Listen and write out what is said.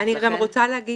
אני גם רוצה להגיד